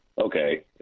okay